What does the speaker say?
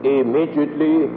immediately